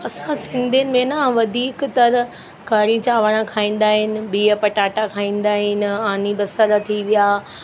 असां सिंधियुनि में न वधीकतर कढ़ी चावंर खाईंदा आहिनि बिहु पटाटा खाईंदा आहिनि आनी बसर थी विया